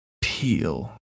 peel